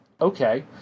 Okay